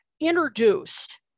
introduced